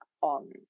on